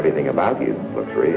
everything about three